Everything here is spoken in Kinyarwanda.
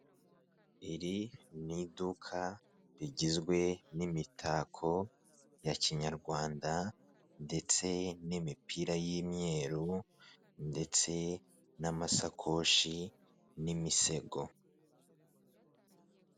Iri ni iduka rigizwe n'imitako ya kinyarwanda ndetse n'imipira y'imyeru ndetse n'amasakoshi n'imisego .